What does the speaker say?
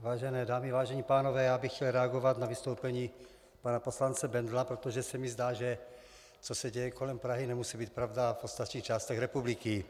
Vážené dámy, vážení pánové, já bych chtěl reagovat na vystoupení pana poslance Bendla, protože se mi zdá, že co se děje kolem Prahy, nemusí být pravda v ostatních částech republiky.